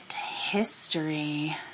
history